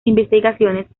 investigaciones